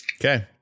okay